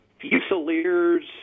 Fusiliers